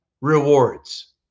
rewards